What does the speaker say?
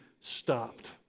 stopped